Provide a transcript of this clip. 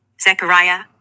Zechariah